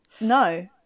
No